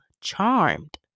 charmed